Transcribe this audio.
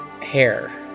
hair